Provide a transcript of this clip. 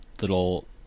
little